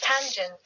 Tangent